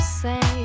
say